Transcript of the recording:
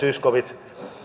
zyskowicz